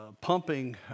pumping